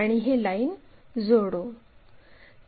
आणि ही लाईन जोडू